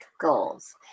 goals